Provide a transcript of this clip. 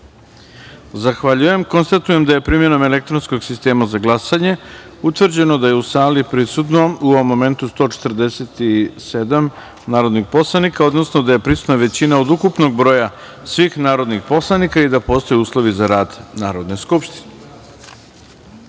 jedinice. Zahvaljujem. Konstatujem da je primenom elektronskog sistema za glasanje utvrđeno da je u sali prisutno 147 narodnih poslanika, odnosno da je prisutna većina od ukupnog broja svih narodnih poslanika i da postoje uslovi za rad Narodne skupštine. Da